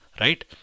right